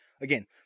again